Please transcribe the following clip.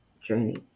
journey